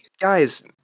guys